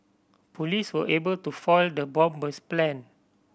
police were able to foil the bomber's plan